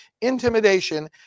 intimidation